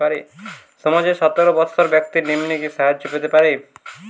সমাজের সতেরো বৎসরের ব্যাক্তির নিম্নে কি সাহায্য পেতে পারে?